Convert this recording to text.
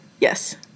Yes